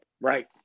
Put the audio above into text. Right